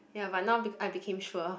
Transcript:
ya but now I I became sure